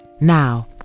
Now